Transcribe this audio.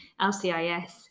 LCIS